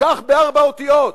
כך בארבע אותיות.